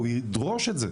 הוא ידרוש את זה.